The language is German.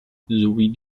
sowie